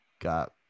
got